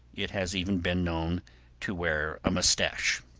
it has even been known to wear a moustache.